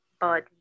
body